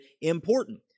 important